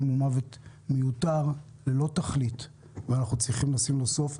הוא מוות מיותר ללא תכלית ואנחנו צריכים לשים לו סוף.